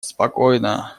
спокойно